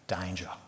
Danger